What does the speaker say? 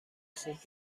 خوب